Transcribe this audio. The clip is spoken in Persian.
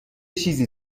چیزی